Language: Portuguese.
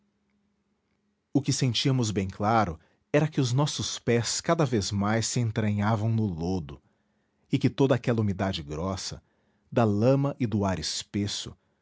o que sentíamos bem claro era que os nossos pés cada vez mais se entranhavam no lodo e que toda aquela umidade grossa da lama e do ar espesso